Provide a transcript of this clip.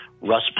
Russ